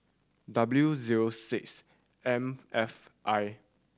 W zero six M F I